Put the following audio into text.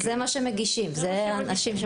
זה מה שמגישים, אלה הם האנשים שמגישים.